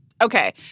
Okay